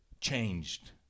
changed